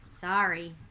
Sorry